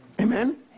Amen